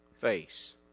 face